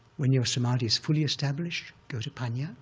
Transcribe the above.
when your samadhi's fully established, go to panna. ah